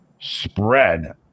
spread